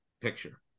picture